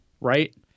right